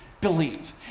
believe